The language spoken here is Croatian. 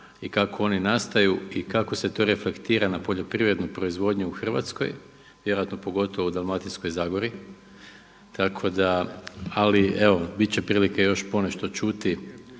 i kako oni nastaju i kako se to reflektira na poljoprivrednu proizvodnju u Hrvatskoj, vjerojatno pogotovo u Dalmatinskoj zagori. Tako da, ali evo, biti će prilike još ponešto čuti,